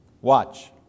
Watch